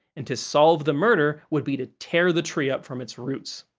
and to solve the murder would be to tear the tree up from its roots.